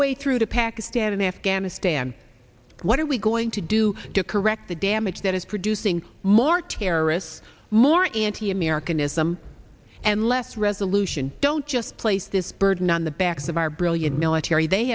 way through to pakistan and afghanistan what are we going to do to correct the damage that is producing more terrorists more anti americanism and less resolution don't just place this burden on the backs of our brilliant military they